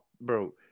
bro